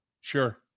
Sure